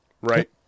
right